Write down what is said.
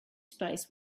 space